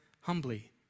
humbly